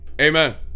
Amen